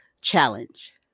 challenge